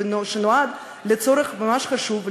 שנועד לצורך ממש חשוב,